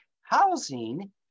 housing